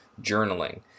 journaling